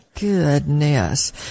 Goodness